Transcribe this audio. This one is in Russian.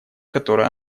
который